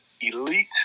elite